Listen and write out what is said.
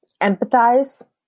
empathize